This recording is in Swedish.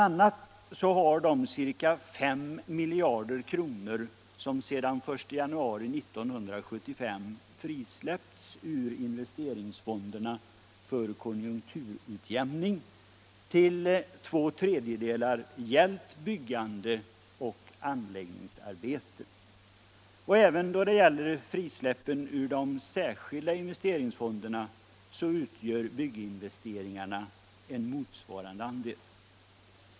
a. har de ca 5 miljarder kronor som sedan den 1 januari 1975 frisläppts ur investeringsfonderna för konjunkturutjämning till två tredjedelar gällt byggnader och anläggningar. Då det gäller frisläppen ur de särskilda investeringsfonderna utgör bygginvesteringarna en motsvarande andel.